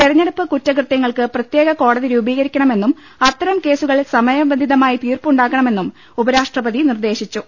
തെരഞ്ഞെടുപ്പ് കുറ്റകൃത്യങ്ങൾക്ക് പ്രത്യേക കോടതി രൂപീകരിക്കണമെന്നും അത്തരം കേസുകളിൽ സമയബന്ധിതമായി തീർപ്പുണ്ടാക്കണമെന്നും ഉപരാഷ്ട്രപതി നിർദ്ദേശിച്ചു